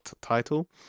title